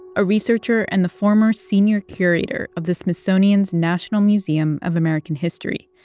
a researcher and the former senior curator of the smithsonian's national museum of american history.